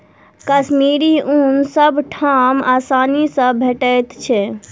कश्मीरी ऊन सब ठाम आसानी सँ भेटैत छै